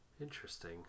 interesting